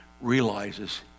realizes